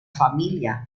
familia